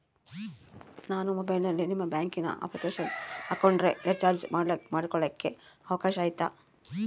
ನಾನು ಮೊಬೈಲಿನಲ್ಲಿ ನಿಮ್ಮ ಬ್ಯಾಂಕಿನ ಅಪ್ಲಿಕೇಶನ್ ಹಾಕೊಂಡ್ರೆ ರೇಚಾರ್ಜ್ ಮಾಡ್ಕೊಳಿಕ್ಕೇ ಅವಕಾಶ ಐತಾ?